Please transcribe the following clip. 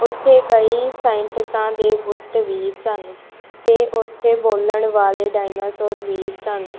ਉੱਥੇ ਕਈ ਸਾਇੰਟਿਸਟਾਂ ਦੇ ਬੁੱਤ ਵੀ ਸਨ ਅਤੇ ਉੱਥੇ ਬੋਲਣ ਵਾਲੇ ਡਾਇਨਾਸੋਰ ਵੀ ਸਨ